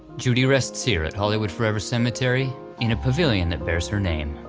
judy rests here at hollywood forever cemetery in a pavilion that bears her name.